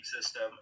system